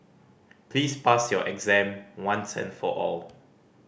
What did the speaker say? please pass your exam once and for all